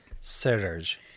Serge